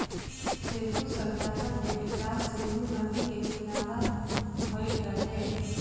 सिंधु सभ्यता के विकास सिंधु नदी के किनारा भईल रहे